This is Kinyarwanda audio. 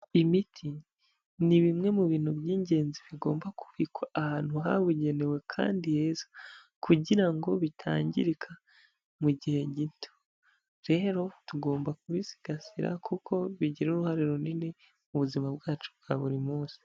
Imiti ni bimwe mu bintu by'ingenzi bigomba kubikwa ahantu habugenewe kandi heza kugira ngo bitangirika mu gihe gito. Rero tugomba kubisigasira kuko bigira uruhare runini mu buzima bwacu bwa buri munsi.